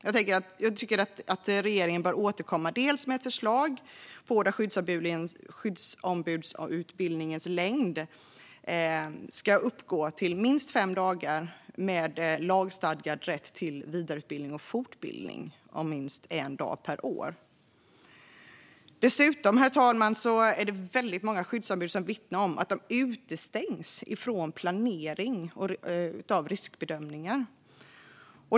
Jag tycker att regeringen bör återkomma med ett förslag om att skyddsombudsutbildningens längd ska uppgå till minst fem dagar, med lagstadgad rätt till vidareutbildning och fortbildning om minst en dag per år. Dessutom, herr talman, är det väldigt många skyddsombud som vittnar om att de utestängs från planering och riskbedömningar.